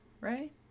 right